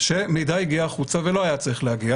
שמידע הגיע החוצה ולא היה צריך להגיע.